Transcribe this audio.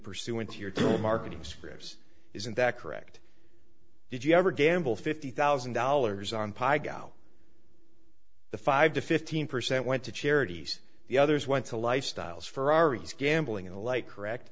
pursuant to your marketing scripts isn't that correct did you ever gamble fifty thousand dollars on pi go the five to fifteen percent went to charities the others went to lifestyles ferrari's gambling alike correct